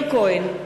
מאיר כהן,